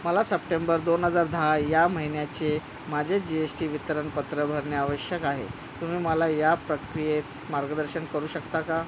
मला सप्टेंबर दोन हजार दहा या महिन्याचे माझे जी एस टी वितरणपत्र भरणे आवश्यक आहे तुम्ही मला या प्रक्रियेत मार्गदर्शन करू शकता का